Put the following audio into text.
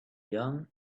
young